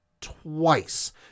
twice